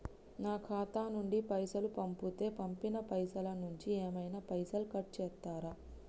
నా ఖాతా నుండి పైసలు పంపుతే పంపిన పైసల నుంచి ఏమైనా పైసలు కట్ చేత్తరా?